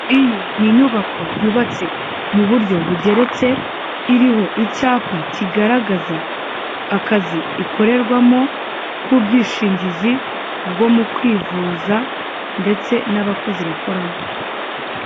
Iyi ni inyubako yubatse mu buryo bugeretse, iriho icyapa kigaragaza akazi ikorerwamo k'ubwishingizi bwo mu kwivuza, ndetse n'abakozi bakoramo.